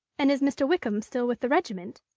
and is mr. wickham still with the regiment?